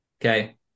Okay